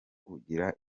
kugira